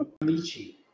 Amici